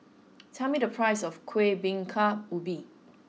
tell me the price of Kueh Bingka Ubi